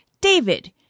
David